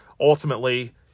ultimately